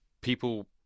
people